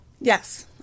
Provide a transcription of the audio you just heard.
yes